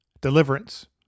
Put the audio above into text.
Deliverance